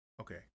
Okay